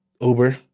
Uber